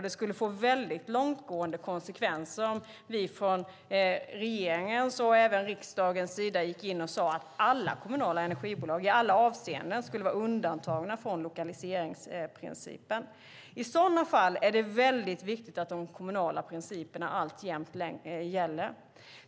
Det skulle få långtgående konsekvenser om vi från regeringens och även riksdagens sida gick in och sade att alla kommunala energibolag i alla avseenden skulle vara undantagna från lokaliseringsprincipen. I så fall är det viktigt att de kommunala principerna alltjämt gäller.